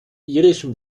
irischen